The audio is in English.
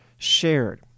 shared